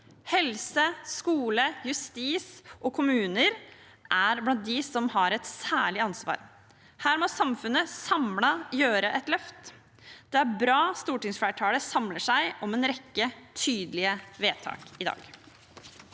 Helse, skole, justis og kommuner er blant dem som har et særlig ansvar. Her må samfunnet samlet gjøre et løft. Det er bra at stortingsflertallet samler seg om en rekke tydelige vedtak i dag.